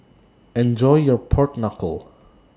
Enjoy your Pork Knuckle